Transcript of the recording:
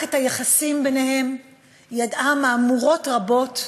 מערכת היחסים ביניהן ידעה מהמורות רבות,